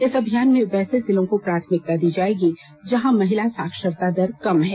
इस अभियान में वैसे जिलों को प्राथमिकता दी जाएगी जहां महिला साक्षरता दर कम है